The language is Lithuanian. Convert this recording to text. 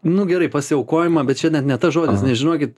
nu gerai pasiaukojimą bet čia net ne tas žodis nes žinokit